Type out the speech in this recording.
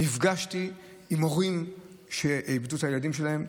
נפגשתי עם הורים שאיבדו את הילדים שלהם,